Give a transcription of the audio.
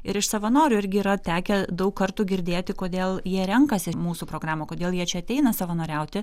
ir iš savanorių irgi yra tekę daug kartų girdėti kodėl jie renkasi mūsų programą kodėl jie čia ateina savanoriauti